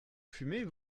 fumez